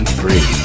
free